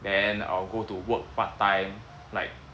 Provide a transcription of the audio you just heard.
then I'll go to work part time like